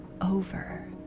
Over